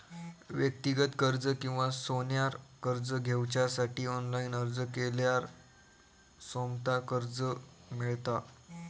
व्यक्तिगत कर्ज किंवा सोन्यार कर्ज घेवच्यासाठी ऑनलाईन अर्ज केल्यार सोमता कर्ज मेळता